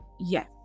yes